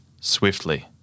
Swiftly